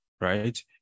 Right